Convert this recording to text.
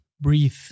Breathe